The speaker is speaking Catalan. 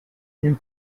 hem